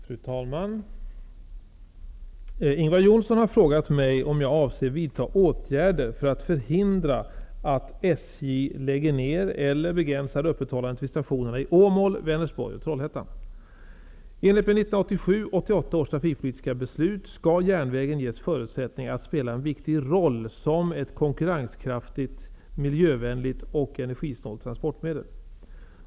Fru talman! Ingvar Johnsson har frågat mig om jag avser att vidta åtgärder för att förhindra att SJ lägger ner eller begränsar öppethållandet vid stationerna i Åmål, Vänersborg och Trollhättan. I enlighet med 1987/88 års trafikpolitiska beslut skall järnvägen ges förutsättningar att spela en viktig roll som ett konkurrenskraftigt, miljövänligt och energisnålt transportmedel.